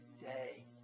day